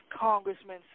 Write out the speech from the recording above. congressmen